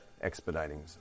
expediting